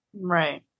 right